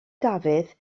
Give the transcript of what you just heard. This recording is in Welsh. dafydd